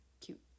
cute